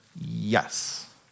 Yes